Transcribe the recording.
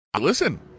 listen